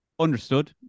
Understood